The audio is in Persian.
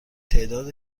تعداد